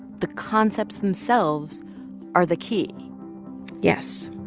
the concepts themselves are the key yes